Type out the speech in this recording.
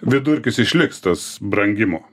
vidurkis išliks tas brangimo